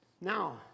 Now